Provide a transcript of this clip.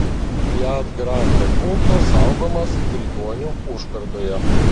fiat grande punto saugomas tribonių užkardoje